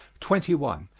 twenty one.